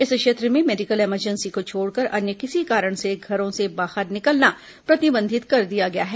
इस क्षेत्र में मेडिकल इमरजेंसी को छोड़कर अन्य किसी कारण से घरों से बाहर निकलना प्रतिबंधित कर दिया गया है